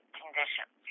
conditions